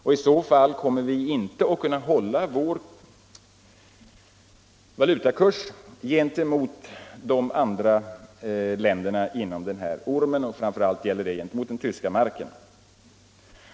I så fall kommer vi inte att kunna hålla vår valutakurs gentemot valutorna i de andra ”ormländerna”, främst gentemot den tyska marken.